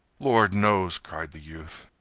lord knows! cried the youth.